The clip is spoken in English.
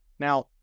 Now